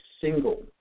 single